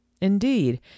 Indeed